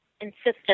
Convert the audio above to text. insisted